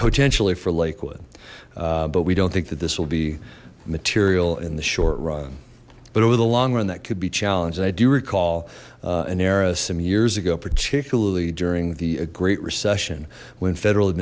potentially for lakewood but we don't think that this will be material in the short run but over the long run that could be challenged and i do recall an era some years ago particularly during the great recession when federal